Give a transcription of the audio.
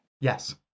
Yes